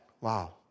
Wow